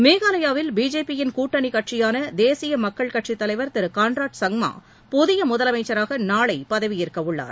மேகாலயாவில் பிஜேபி யின் கூட்டணி கட்சியான தேசிய மக்கள் கட்சித்தலைவா் திரு கான்ராட் சங்மா புதிய முதலமைச்சராக நாளை பதவியேற்க உள்ளார்